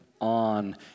on